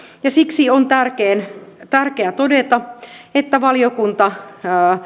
ja siksi on tärkeää todeta että valiokunta